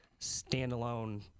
standalone